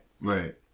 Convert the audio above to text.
right